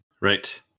Right